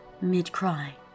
mid-cry